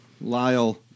Lyle